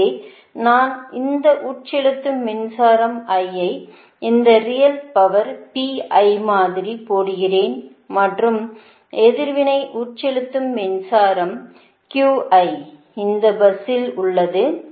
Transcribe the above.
எனவே நான் இந்த உட்செலுத்தும் மின்சாரம் I ஐ இந்த ரியல் பவா் மாதிரி போடுகிறேன் மற்றும் எதிர்வினை உட்செலுத்தும் மின்சாரம் இந்த பஸ்ஸில் உள்ளது